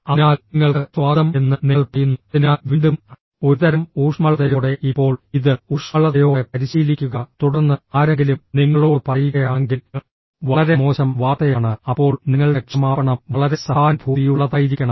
അതിനാൽ നിങ്ങൾക്ക് സ്വാഗതം എന്ന് നിങ്ങൾ പറയുന്നു അതിനാൽ വീണ്ടും ഒരുതരം ഊഷ്മളതയോടെ ഇപ്പോൾ ഇത് ഊഷ്മളതയോടെ പരിശീലിക്കുക തുടർന്ന് ആരെങ്കിലും നിങ്ങളോട് പറയുകയാണെങ്കിൽ വളരെ മോശം വാർത്തയാണ് അപ്പോൾ നിങ്ങളുടെ ക്ഷമാപണം വളരെ സഹാനുഭൂതിയുള്ളതായിരിക്കണം